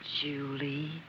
Julie